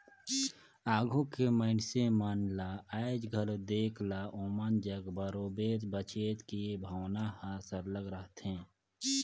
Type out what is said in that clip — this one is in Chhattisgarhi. आघु के मइनसे मन ल आएज घलो देख ला ओमन जग बरोबेर बचेत के भावना हर सरलग रहथे